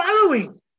following